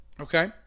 Okay